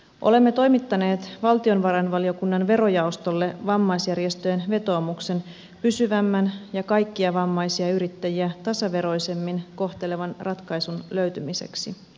olemme toimittaneet valtiovarainvaliokunnan vero jaostolle vammaisjärjestöjen vetoomuksen pysyvämmän ja kaikkia vammaisia yrittäjiä tasaveroisemmin kohtelevan ratkaisun löytymiseksi